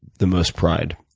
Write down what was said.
the most pride?